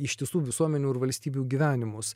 ištisų visuomenių ir valstybių gyvenimus